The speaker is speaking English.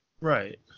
Right